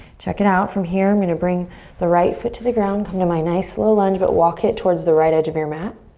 check it out. from here i'm going to bring the right foot to the ground, come to my nice low lunge. but walk it towards the right edge of your mat.